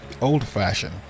old-fashioned